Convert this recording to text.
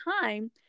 time